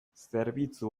zerbitzu